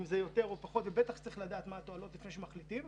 דרך אגב,